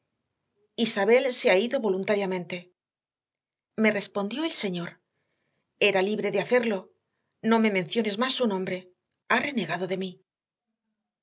isabel se ha ido voluntariamente me respondió el señor era libre de hacerlo no me menciones más su nombre ha renegado de mí